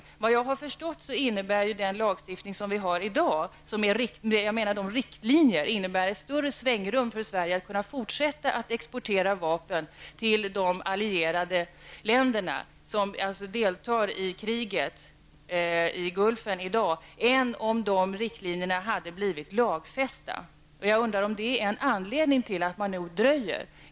Såvitt jag förstår innebär riktlinjerna för vapenexporten ett större svängrum för Sverige att fortsätta att exportera vapen till de allierade länderna, som deltar i kriget i Gulfen, än om dessa riktlinjer hade blivit lagfästa. Jag undrar om det är anledningen till att man nu dröjer.